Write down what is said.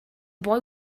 boy